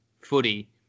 footy